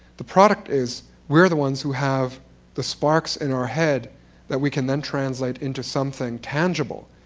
the product is we're the ones who have the sparks in our heads that we can then translate into something tangible.